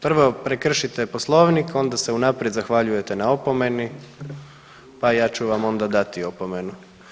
Prvo prekršite Poslovnik, onda se unaprijed zahvaljujete na opomeni, pa ja ću vam onda dati opomenu.